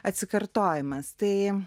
atsikartojimas tai